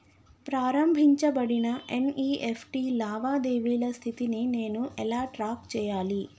ప్రారంభించబడిన ఎన్.ఇ.ఎఫ్.టి లావాదేవీల స్థితిని నేను ఎలా ట్రాక్ చేయాలి?